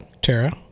Tara